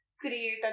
create